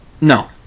No